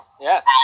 Yes